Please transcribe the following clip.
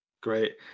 Great